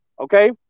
Okay